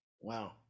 wow